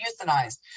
euthanized